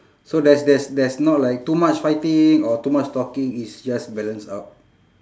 so there's there's there's not like too much fighting or too much talking it's just balance out